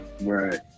Right